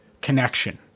connection